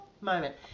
moment